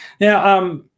Now –